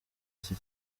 iki